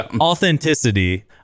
authenticity